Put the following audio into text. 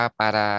para